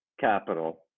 capital